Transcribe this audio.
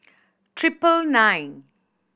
treble nine